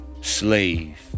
slave